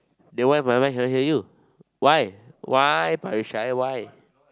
then why my one cannot hear you why why why